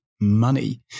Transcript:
money